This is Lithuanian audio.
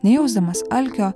nejausdamas alkio